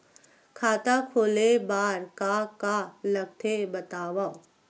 खाता खोले बार का का लगथे बतावव?